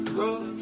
road